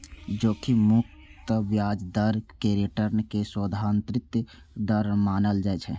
जोखिम मुक्त ब्याज दर कें रिटर्न के सैद्धांतिक दर मानल जाइ छै